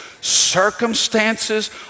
circumstances